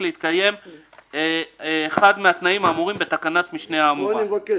להתקיים אחד מהתנאים האמורים בתקנת המשנה האמורה." פה אני מבקש,